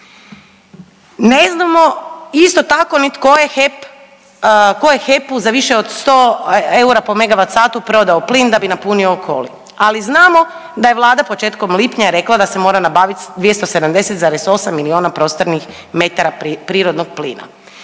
Ne znamo isto tako ni tko je HEP-u za više od 100 eura po megavat satu prodao plin da bi napunio Okoli, ali znamo da je Vlada početkom lipnja rekla da se mora nabaviti 270,8 milijardi prostornih metara prirodnog plina.